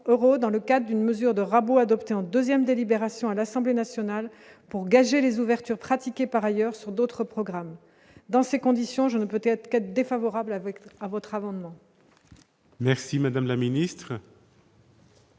dans le cas d'une mesure de rabot adoptée en 2ème délibération à l'Assemblée nationale pour gager les ouvertures pratiquées par ailleurs sur d'autres programmes, dans ces conditions je ne peut-être quatre défavorable avec à votre avant moi.